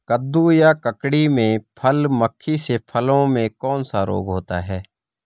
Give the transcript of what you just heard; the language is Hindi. कद्दू या ककड़ी में फल मक्खी से फलों में कौन सा रोग होता है?